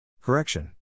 Correction